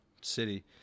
city